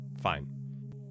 Fine